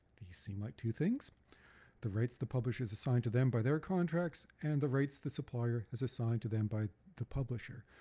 these seem like two things the rights the publisher's assigned to them by their contracts and the rights the supplier has assigned to them by the publisher.